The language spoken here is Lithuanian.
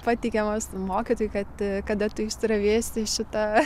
pateikiamos mokytojui kad kada tu išsiravėsi šitą